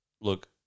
look